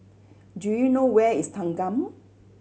do you know where is Thanggam